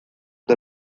the